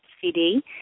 CD